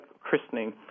christening